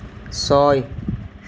ছয়